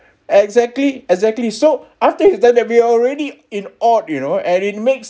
exactly exactly so after that there be already in awed you know and it makes